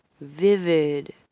vivid